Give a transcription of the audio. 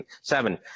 seven